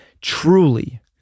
truly